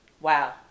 Wow